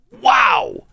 Wow